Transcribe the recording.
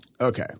Okay